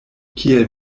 kiel